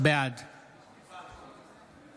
בעד